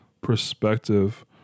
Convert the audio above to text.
perspective